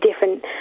different